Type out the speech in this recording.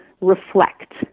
reflect